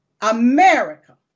America